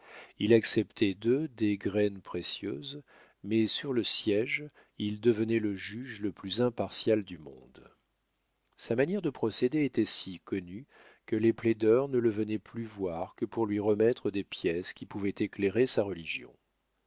il acceptait d'eux des graines précieuses mais sur le siége il devenait le juge le plus impartial du monde sa manière de procéder était si connue que les plaideurs ne le venaient plus voir que pour lui remettre des pièces qui pouvaient éclairer sa religion